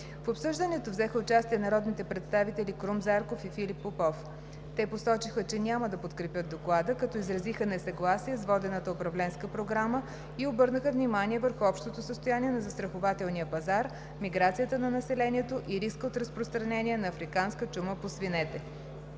В обсъждането взеха участие народните представители Крум Зарков и Филип Попов. Те посочиха, че няма да подкрепят Доклада, като изразиха несъгласие с водената управленска програма и обърнаха внимание върху общото състояние на застрахователния пазар, миграцията на населението и риска от разпространение на африканска чума по свинете.